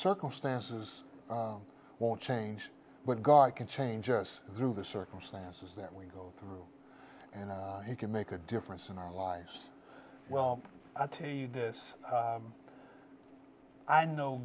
circumstances won't change but god can change us through the circumstances that we go through and he can make a difference in our lives well i'll tell you this i know